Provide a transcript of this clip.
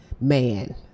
Man